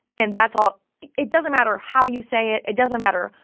and that's all it it doesn't matter how you say it. it doesn't matter,